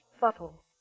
Bottle